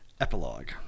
Epilogue